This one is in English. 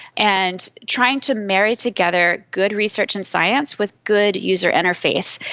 and trying to marry together good research and science with good user interface.